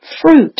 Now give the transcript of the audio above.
fruit